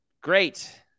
great